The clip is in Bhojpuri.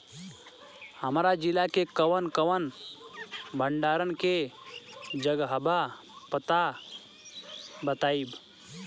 हमरा जिला मे कवन कवन भंडारन के जगहबा पता बताईं?